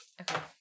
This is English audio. Okay